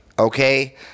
Okay